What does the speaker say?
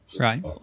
Right